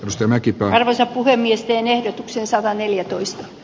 ristimäki karsä puhemiesten ehdotuksen sataneljätoista